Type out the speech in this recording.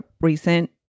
recent